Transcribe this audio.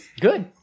Good